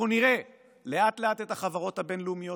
אנחנו נראה לאט-לאט את החברות הבין-לאומיות